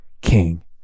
king